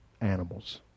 animals